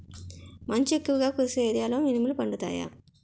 మంచు ఎక్కువుగా కురిసే ఏరియాలో మినుములు పండుతాయా?